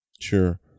sure